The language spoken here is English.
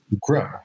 grow